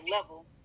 level